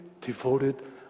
devoted